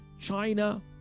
China